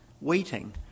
waiting